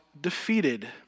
defeated